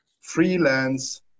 freelance